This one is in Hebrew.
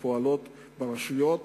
שפועלים ברשויות.